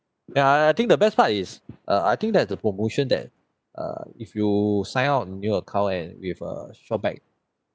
ya I I think the best part is uh I think that the promotion that uh if you sign up a new account and with err shopback